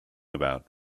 about